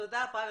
תודה רבה.